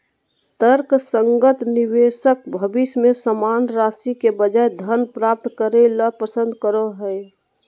तर्कसंगत निवेशक भविष्य में समान राशि के बजाय धन प्राप्त करे ल पसंद करो हइ